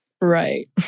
Right